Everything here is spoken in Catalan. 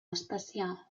especial